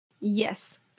Yes